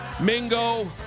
Mingo